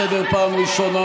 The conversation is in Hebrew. אני קורא אותך לסדר פעם ראשונה.